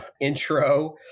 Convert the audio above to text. intro